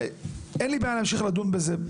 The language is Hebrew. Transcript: אין לי בעיה להמשיך לדון בזה.